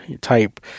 type